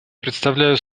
предоставляю